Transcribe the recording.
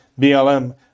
BLM